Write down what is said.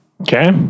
Okay